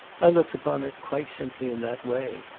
i looked upon it quite simply in that way.